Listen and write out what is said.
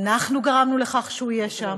אנחנו גרמנו לכך שהוא יהיה שם,